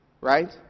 right